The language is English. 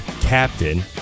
Captain